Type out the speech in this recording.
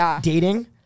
dating